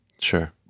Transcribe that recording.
Sure